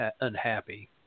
unhappy